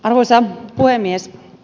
arvoisa puhemies